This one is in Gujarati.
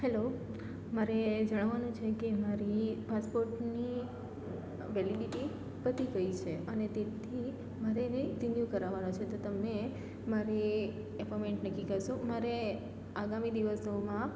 હેલો મારે જણાવવાનું છે કે મારી પાસપોર્ટની વેલીડિટી પતી ગઈ છે અને તેથી મારે એને રિન્યૂ કરાવવાના છે તો તમે મારી એપોમેન્ટ નક્કી કરશો મારે આગામી દિવસોમાં